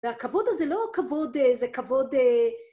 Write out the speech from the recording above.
והכבוד הזה לא כבוד, זה כבוד...